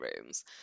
rooms